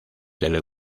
del